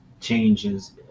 changes